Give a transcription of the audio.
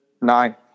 Nine